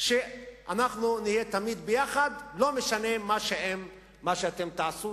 שאנחנו נהיה תמיד יחד, לא משנה מה שאתם תעשו.